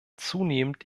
zunehmend